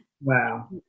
wow